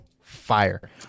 fire